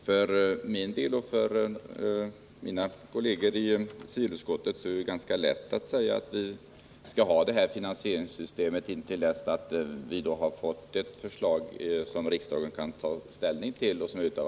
Herr talman! För mig och för mina partikolleger i civilutskottet är det ganska lätt att säga att det nuvarande finansieringssystemet bör behållas intill dess att det framlagts förslag om ett annorlunda system, som riksdagen kan ta ställning till.